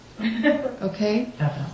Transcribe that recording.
Okay